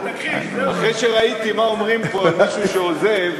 אחרי שראיתי מה שאומרים פה על מישהו שעוזב,